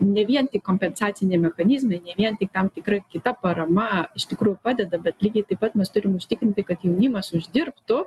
ne vien tik kompensaciniai mechanizmai ne vien tik tam tikra kita parama iš tikrųjų padeda bet lygiai taip pat mes turim užtikrinti kad jaunimas uždirbtų